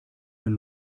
man